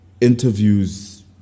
interviews